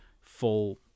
full